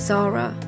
Zara